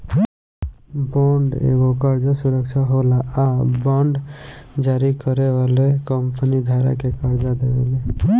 bond एगो कर्जा सुरक्षा होला आ बांड जारी करे वाली कंपनी धारक के कर्जा देवेले